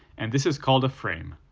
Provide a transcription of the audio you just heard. and this is called a frame.